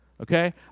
Okay